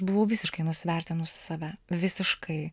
buvau visiškai nuvertinus save visiškai